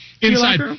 Inside